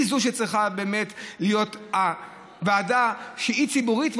היא צריכה באמת להיות ועדה שהיא ציבורית.